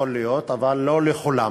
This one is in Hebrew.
יכול להיות, אבל לא לכולם.